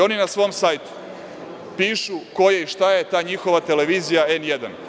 Oni na svom sajtu pišu ko je i šta je ta njihova televizija N1.